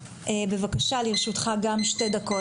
בבקשה, גם לרשותך שתי דקות.